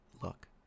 look